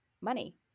money